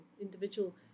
individual